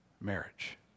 marriage